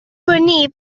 venir